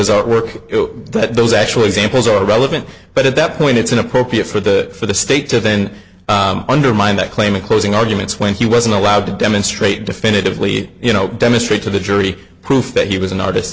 his artwork that those actual examples are relevant but at that point it's inappropriate for the for the state to then undermine that claim in closing arguments when he wasn't allowed to demist great definitively you know demonstrate to the jury proof that he was an artist